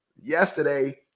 yesterday